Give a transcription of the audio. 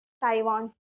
Taiwan